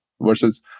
versus